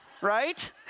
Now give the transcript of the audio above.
right